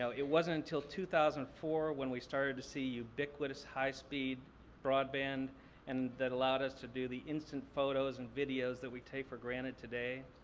so it wasn't until two thousand and four when we started to see ubiquitous, high speed broadband and that allowed us to do the instant photos and videos that we take for granted today.